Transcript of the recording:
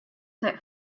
set